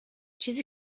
چیزی